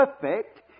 perfect